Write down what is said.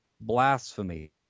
blasphemy